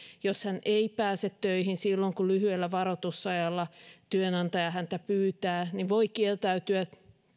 jos hän ei pääse töihin silloin kun lyhyellä varoitusajalla työnantaja häntä pyytää voi kieltäytyä